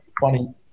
funny